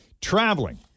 Traveling